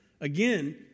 Again